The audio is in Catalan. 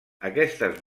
aquestes